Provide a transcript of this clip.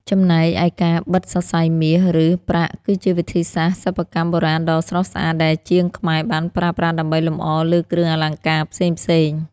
ចំំណែកឯការបិតសរសៃមាស ឬ ប្រាក់គឺជាវិធីសាស្ត្រសិប្បកម្មបុរាណដ៏ស្រស់ស្អាតដែលជាងខ្មែរបានប្រើប្រាស់ដើម្បីលម្អលើគ្រឿងអលង្ការផ្សេងៗ។